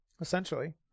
Essentially